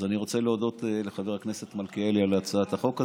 אז אני רוצה להודות לחבר הכנסת מלכיאלי על הצעת החוק הזאת.